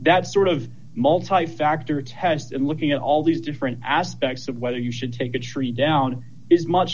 that sort of multi factor test and looking at all these different aspects of whether you should take the tree down is much